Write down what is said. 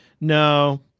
No